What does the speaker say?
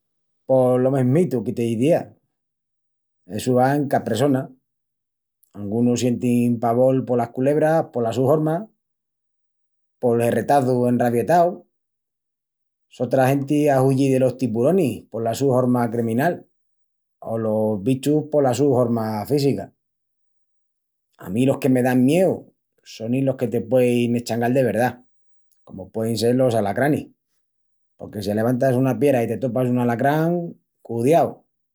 Pos lo mesmitu que t'izía. Essu va en ca pressona, angunus sientin pavol polas culebras pola su horma, pol herretazu enravietau... Sotra genti ahuyi delos tiburonis pola su horma creminal o los bichus pola su horma físìca. A mí los que me dan mieu sonin los que te puein eschangal de verdá comu puein sel los alacranis. Porque si alevantas una piera i te topas un alacrán... cudiau!